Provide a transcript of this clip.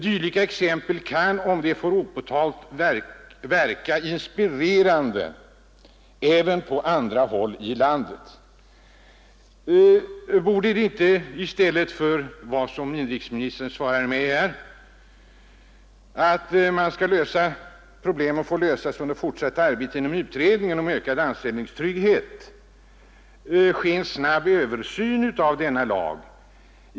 Dylika metoder kan, om de får tillämpas opåtalt, verka inspirerande även på andra håll i landet. Borde det inte i stället för vad inrikesministern svarar mig här, att problemen får lösas under det fortsatta arbetet inom utredningen om ökad anställningstrygghet, ske en snabb översyn av denna lag?